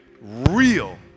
real